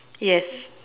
yes